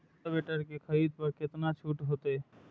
Rotavator के खरीद पर केतना छूट होते?